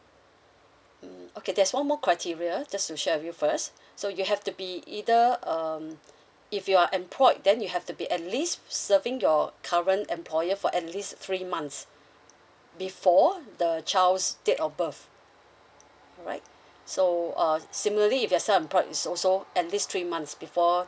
mm okay there's one more criteria just to share with you first so you have to be either um if you are employed then you have to be at least serving your current employer for at least three months before the child's date of birth alright so uh similarly if you are self employed is also at least three months before